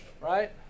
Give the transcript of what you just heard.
right